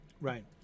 Right